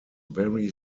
very